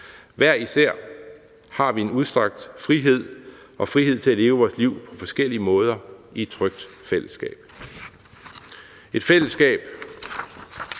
Hver især har vi en udstrakt frihed og en frihed til at leve vores liv på forskellige måder i et trygt fællesskab